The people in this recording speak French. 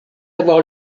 avoir